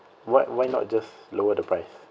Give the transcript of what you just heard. why why not just lower the price